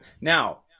Now